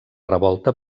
revolta